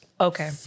okay